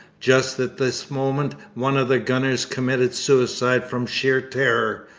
just at this moment one of the gunners committed suicide from sheer terror,